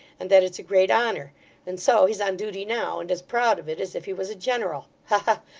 and that it's a great honour and so he's on duty now, and as proud of it as if he was a general. ha ha!